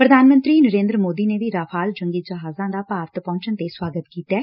ਪ੍ਰਧਾਨ ਮੰਤਰੀ ਨਰੇਂਦਰ ਮੋਦੀ ਨੇ ਵੀ ਰਾਫ਼ਾਲ ਜੰਗੀ ਜਹਾਜ਼ਾਂ ਦਾ ਭਾਰਤ ਪਹੁੰਚਣ ਤੇ ਸੁਆਗਤ ਕੀਤੈ